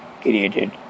created